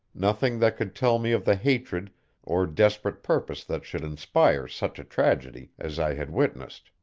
nothing that could tell me of the hatred or desperate purpose that should inspire such a tragedy as i had witnessed,